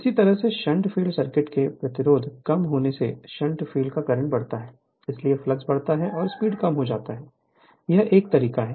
उसी तरह shunt field circuit में प्रतिरोध कम होने से शंट फील्ड करंट बढ़ता है इसलिए फ्लक्स बढ़ता है और स्पीड कम हो जाती है यह एक तरीका है